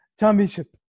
championship